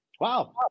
Wow